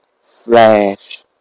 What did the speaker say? Slash